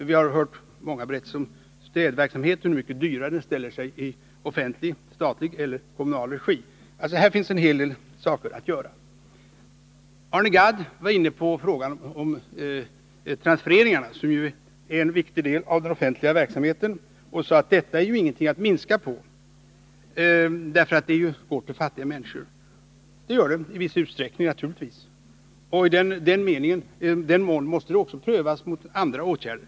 Vi har exempelvis hört talas om att städverksamhet ställer sig dyrare i statlig och kommunal regi än i privat. Här finns alltså en hel del att göra. Arne Gadd tog upp frågan om transfereringarna, som är en viktig del av den offentliga verksamheten, och sade att de inte kunde minska. Dessa kommer fattiga människor till del, sade han, och det gör de naturligtvis i viss utsträckning. Dessa måste därför prövas mot andra åtgärder.